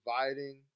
providing